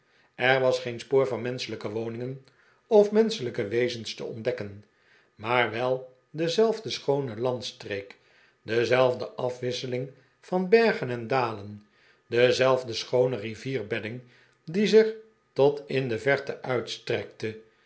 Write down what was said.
er was geen spoor van menschelijke woningen of menschelijke wezens te ontdekken maar wel dezelfde schoone landstreek dezelfde afwisseling van bergen en dalen dezelfde schoone rivierbedding die zich tot in de verte uitstrekte